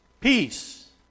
Peace